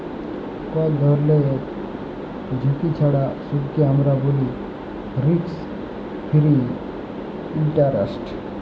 call ধরলের ঝুঁকি ছাড়া সুদকে আমরা ব্যলি রিস্ক ফিরি ইলটারেস্ট